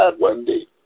Wendy